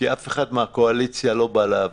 כי אף אחד מהקואליציה לא בא לעבודה.